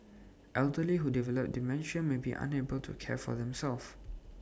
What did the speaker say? elderly who develop dementia may be unable to care for themselves